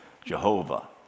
Jehovah